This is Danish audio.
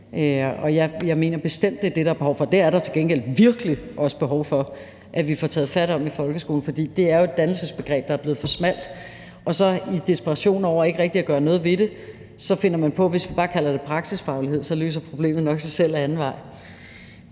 Jeg mener bestemt, at det er det, der er behov for – og det er der til gengæld virkelig også behov for at vi får taget fat om i folkeskolen, for det er jo et dannelsesbegreb, der er blevet for smalt, og i desperation over ikke rigtig at gøre noget ved det finder man på, at hvis man bare kalder det praksisfaglighed, løser problemet nok sig selv ad anden vej.